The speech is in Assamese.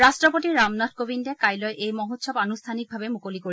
ৰাট্টপতি ৰামনাথ কোবিন্দে কাইলৈ এই মহোৎসৱ আন্ঠানিকভাৱে মুকলি কৰিব